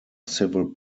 civil